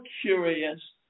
curious